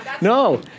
no